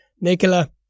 Nicola